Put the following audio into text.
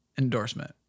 endorsement